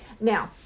Now